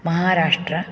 Maharashtra